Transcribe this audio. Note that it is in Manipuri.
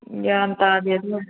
ꯒ꯭ꯌꯥꯟ ꯇꯥꯗꯦ ꯑꯗꯨꯅ